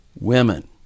women